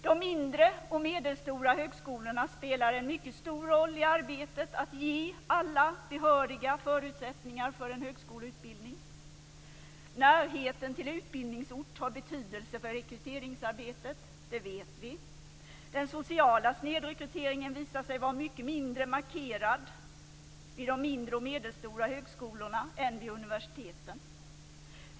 De mindre och medelstora högskolorna spelar en mycket stor roll i arbetet att ge alla behöriga förutsättningar för en högskoleutbildning. Närhet till utbildningsort har betydelse för rekryteringsarbetet, det vet vi. Den sociala snedrekryteringen visar sig vara mycket mindre markerad vid de mindre och medelstora högskolorna än vid universiteten.